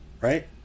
right